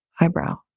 Eyebrow